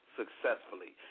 successfully